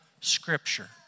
Scripture